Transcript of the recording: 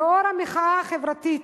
לאור המחאה החברתית,